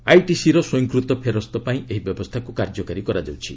ଆଇଟିସିର ସ୍ୱୟଂକୂତ ଫେରସ୍ତ ପାଇଁ ଏହି ବ୍ୟବସ୍ଥାକୁ କାର୍ଯ୍ୟକାରୀ କରାଯାଉଛି